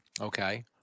okay